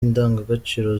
indangagaciro